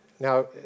Now